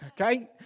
Okay